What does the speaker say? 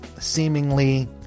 seemingly